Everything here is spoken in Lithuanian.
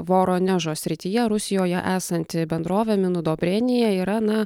voronežo srityje rusijoje esanti bendrovė minudobrėnija yra na